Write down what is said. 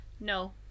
no